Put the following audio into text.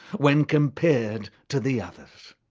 when compared to the others.